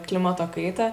klimato kaitą